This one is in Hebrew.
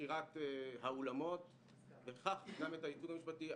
שכירת האולמות וכך גם את הייצוג המשפטי.